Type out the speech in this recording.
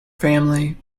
family